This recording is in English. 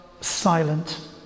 silent